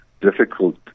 difficult